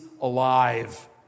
alive